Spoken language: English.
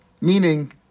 Meaning